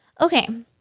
Okay